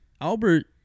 Albert